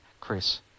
Chris